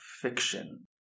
fiction